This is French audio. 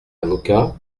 avocat